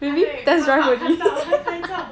他对他 park 看到他拍照